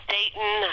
Dayton